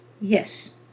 Yes